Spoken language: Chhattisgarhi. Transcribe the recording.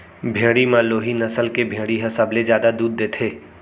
भेड़ी म लोही नसल के भेड़ी ह सबले जादा दूद देथे